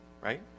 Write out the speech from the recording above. right